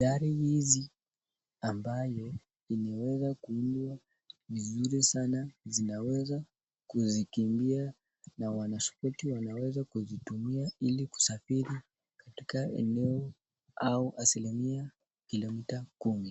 Gari hizi ambayo imeweza kuuzwa ni zile sana zinaweza, kuzikimbia na wanashiriki wanaweza kuzitumia ili kusafiri katika eneo au asilimia kilomita 10.